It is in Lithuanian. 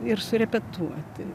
ir surepetuoti